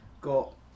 got